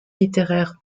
littéraire